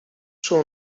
patrzył